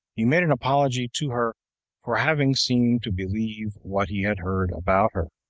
he made an apology to her for having seemed to believe what he had heard about her,